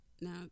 now